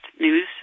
news